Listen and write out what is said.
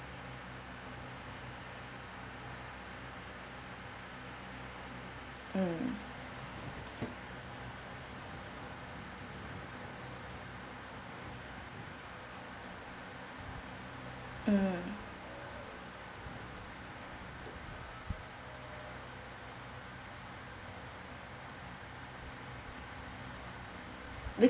mm mm